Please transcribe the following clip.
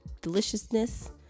deliciousness